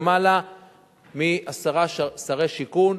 יותר מעשרה שרי שיכון,